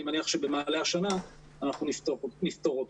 אני מניח שבמעלה השנה אנחנו נפתור אותו.